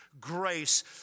grace